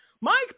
Mike